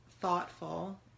thoughtful